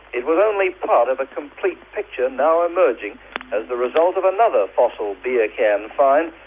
it was only part of a complete picture now emerging as the result of another fossil beer can find,